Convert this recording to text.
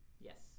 Yes